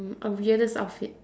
mm a weirdest outfit